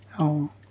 অঁ